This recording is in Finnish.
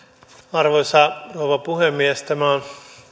arvoisa rouva puhemies tämä on